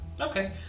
Okay